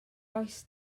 oes